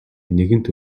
нэгэнт